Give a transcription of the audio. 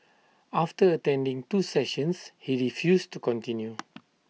after attending two sessions he refused to continue